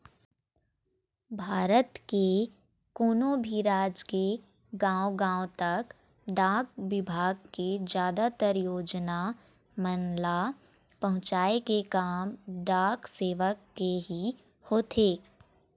भारत के कोनो भी राज के गाँव गाँव तक डाक बिभाग के जादातर योजना मन ल पहुँचाय के काम डाक सेवक के ही होथे